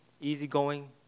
easygoing